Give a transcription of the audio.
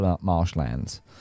Marshlands